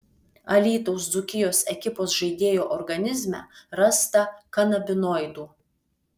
alytaus dzūkijos ekipos žaidėjo organizme rasta kanabinoidų